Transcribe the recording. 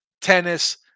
tennis